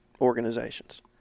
organizations